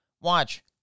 Watch